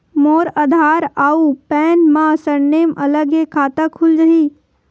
मोर आधार आऊ पैन मा सरनेम अलग हे खाता खुल जहीं?